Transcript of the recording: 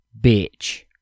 bitch